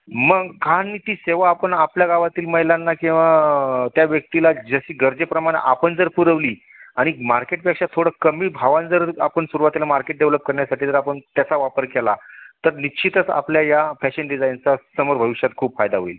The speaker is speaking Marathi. मग खा नी ती सेवा आपण आपल्या गावातील महिलांना किंवा त्या व्यक्तीला जशी गरजेप्रमाणे आपण जर पुरवली आणि मार्केटपेक्षा थोडं कमी भावानं जर आपण सुरवातीला मार्केट डेवलप करण्यासाठी जर आपण त्याचा वापर केला तर निश्चितच आपल्या या फॅशन डिझाईनचा समोर भविष्यात खूप फायदा होईल